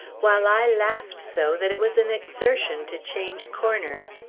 while i laughed so that it was an exertion to change corners.